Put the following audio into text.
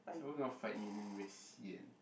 see always want to fight be then very sian